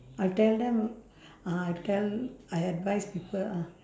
I'll tell them ah I tell I advise people ah